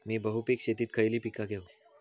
मी बहुपिक शेतीत खयली पीका घेव?